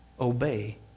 obey